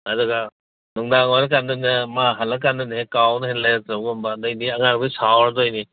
ꯑꯗꯨꯒ ꯅꯨꯡꯗꯥꯡ ꯑꯣꯏꯔꯀꯥꯟꯗꯅ ꯃꯥ ꯍꯜꯂꯛꯑꯀꯥꯟꯗꯅ ꯍꯦꯛ ꯀꯥꯎꯗꯅ ꯍꯦꯛ ꯂꯩꯔꯛꯇꯕꯒꯨꯝꯕ ꯑꯗꯩꯗꯤ ꯑꯉꯥꯡꯗꯨ ꯁꯥꯎꯔꯗꯣꯏꯅꯤ